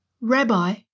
Rabbi